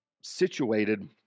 situated